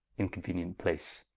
in conuenient place,